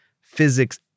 physics